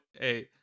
Hey